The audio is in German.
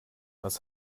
was